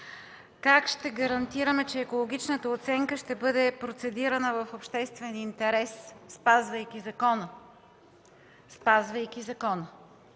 как ще гарантираме, че екологичната оценка ще бъде процедирана в обществен интерес – спазвайки закона! И пак